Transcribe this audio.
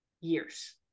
years